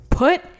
Put